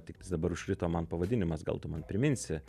tiktais dabar užkrito man pavadinimas gal tu man priminsi